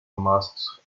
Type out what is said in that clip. masts